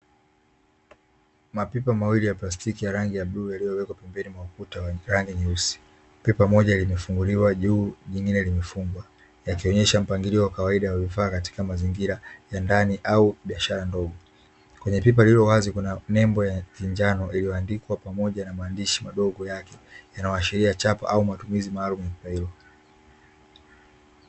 Mapipa mawili ya plastiki ya rangi ya bluu iliyowekwa pembeni mwa mafuta wengine pamoja limefunguliwa juu nyingine limefungwa yakionyesha mpangilio wa kawaida wa vifaa katika mazingira ya ndani au biashara ndogo ndogo kwenye pipa lililo wazi kuna nembo ya kijano iliyoandikwa pamoja na maandishi madogo yake yanawaashiria chapa au matumizi maalumu.